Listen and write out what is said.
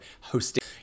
hosting